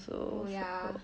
oh ya